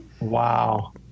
wow